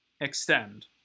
extend